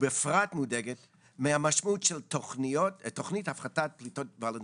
ובפרט מודאגת מהמשמעות של תוכנית הפחתת הפליטות הוולונטרית.